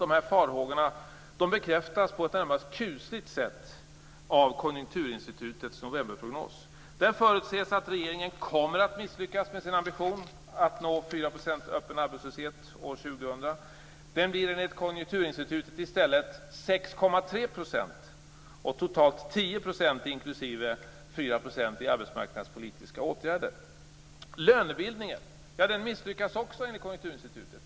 De här farhågorna bekräftas på ett närmast kusligt sätt av Konjunkturinstitutets novemberprognos. Där förutses att regeringen kommer att misslyckas med sin ambition att nå 4 % öppen arbetslöshet år 2000. Den blir enligt Konjunkturinstitutet i stället 6,3 %. Totalt blir den 10 % inklusive 4 % i arbetsmarknadspolitiska åtgärder. Lönebildningen misslyckas också enligt Konjunkturinstitutet.